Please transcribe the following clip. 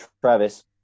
Travis